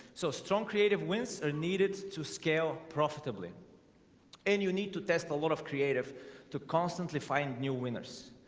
so strong creative wins are needed to scale profitably and you need to test a lot of creative to constantly find new winners.